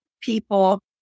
people